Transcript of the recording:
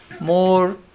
more